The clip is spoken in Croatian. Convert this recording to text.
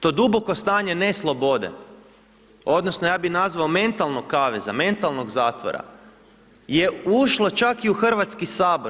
To duboko stanje ne slobode, odnosno ja bih nazvao mentalnog kaveza, mentalnog zatvora je ušlo čak i u Hrvatski sabor.